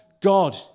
God